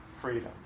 freedom